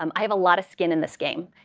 um i have a lot of skin in this game.